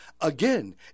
again